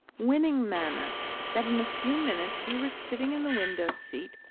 winning manner that in a few minutes we were sitting in the window-seat,